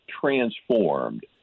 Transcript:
transformed